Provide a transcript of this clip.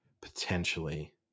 potentially